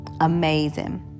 Amazing